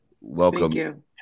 welcome